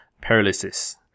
paralysis